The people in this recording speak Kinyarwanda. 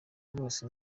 rwose